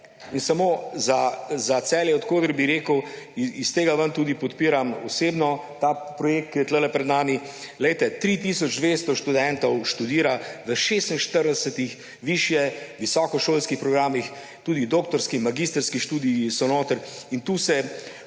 In samo za Celje bi rekel, da iz tega ven tudi podpiram osebno ta projekt, ki je tu pred nami. Poglejte, 3 tisoč 200 študentov študira v 46 višje-, visokošolskih programih, tudi doktorski, magistrski študiji so notri.